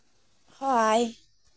সহায়